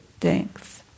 Thanks